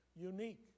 unique